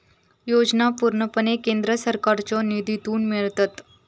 योजना पूर्णपणे केंद्र सरकारच्यो निधीतून मिळतत